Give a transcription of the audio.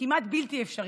כמעט בלתי אפשרית,